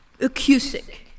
Acoustic